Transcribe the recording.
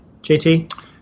JT